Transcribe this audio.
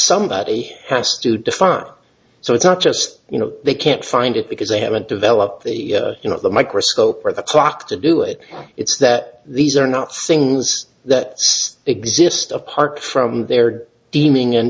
somebody has to define so it's not just you know they can't find it because they haven't developed the you know the microscope or the clock to do it it's that these are not sings that exist apart from their deeming and